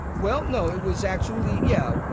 well, no, it was actually-yeah,